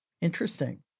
Interesting